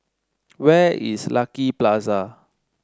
where is Lucky Plaza